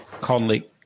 Conley